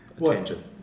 attention